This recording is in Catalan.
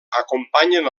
acompanyen